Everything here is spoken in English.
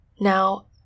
Now